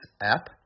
app